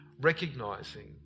recognizing